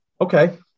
okay